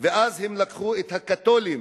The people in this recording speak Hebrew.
ואז הם לקחו את הקתולים,